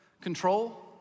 control